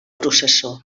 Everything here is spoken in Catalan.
processó